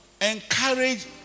Encourage